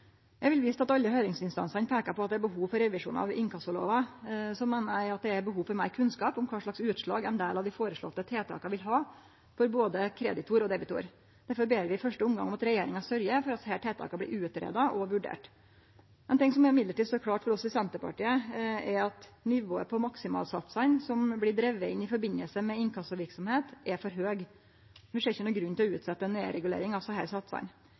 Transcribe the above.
Eg vil vise til at alle høyringsinstansane peiker på at det er behov for revisjon av inkassolova, og så meiner eg det er behov for meir kunnskap om kva utslag ein del av dei føreslåtte tiltaka vil ha for både kreditor og debitor. Derfor ber vi i første omgang om at regjeringa sørgjer for at desse tiltaka blir utgreidde og vurderte. Ein ting som likevel står klart for oss i Senterpartiet, er at nivået på maksimalsatsane som blir drivne inn i samband med inkassoverkesemd, er for høgt. Vi ser ikkje nokon grunn til å utsetje ei nedregulering av desse satsane.